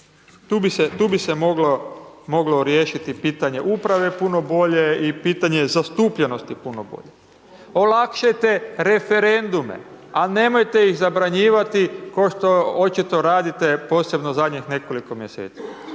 Tu bi se moglo riješiti pitanje uprave puno bolje i pitanje zastupljenosti puno bolje. Olakšajte referendume, a nemojte ih zabranjivati košto očito radite, posebno zadnjih nekoliko mjeseci.